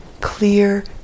clear